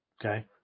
Okay